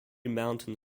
mountain